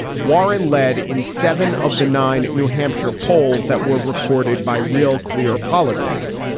warren led in seven of the nine new hampshire polls that were recorded by real clear politics.